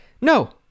No